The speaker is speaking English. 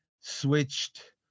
switched